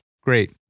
Great